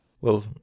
Well